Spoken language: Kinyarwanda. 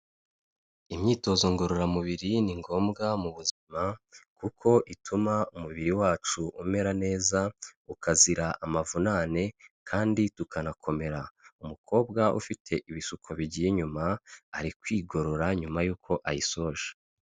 Imyitozo ngororamubiri ni ngombwa mu buzima kuko ituma umubiri wacu umera neza ukazira amavunane kandi tukanakomera umukobwa ufite ibisuko bigiye inyuma ari kwigorora nyuma y'uko ayisoje.